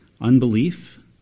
unbelief